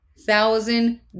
Thousand